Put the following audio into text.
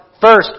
first